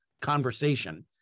conversation